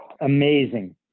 Amazing